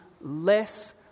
less